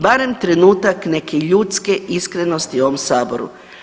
Barem trenutak neke ljudske iskrenosti u ovom saboru.